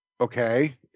Okay